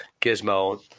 Gizmo